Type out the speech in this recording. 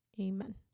amen